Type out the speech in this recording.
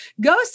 go